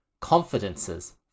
confidences